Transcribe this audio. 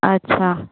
अच्छा